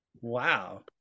Wow